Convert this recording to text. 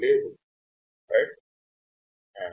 ఉపయోగించలేము కదా